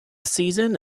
season